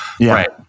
right